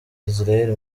israel